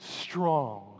strong